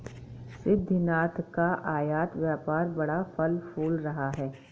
सिद्धिनाथ का आयत व्यापार बड़ा फल फूल रहा है